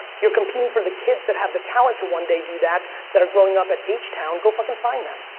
you're competing for the kids that have the talent to one day do that, that are growing up in h town. go fucking find them.